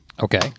Okay